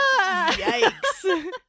Yikes